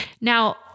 Now